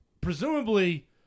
presumably